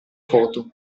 foto